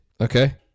Okay